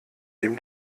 dem